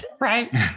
right